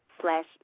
slash